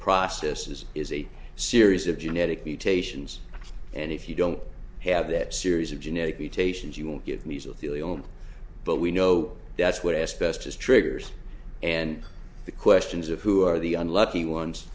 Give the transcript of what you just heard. process is is a series of genetic mutations and if you don't have that series of genetic mutations you will get news of the old but we know that's what asbestos triggers and the questions of who are the unlucky ones